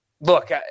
Look